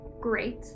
Great